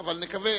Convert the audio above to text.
אבל נקווה,